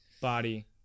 body